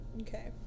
Okay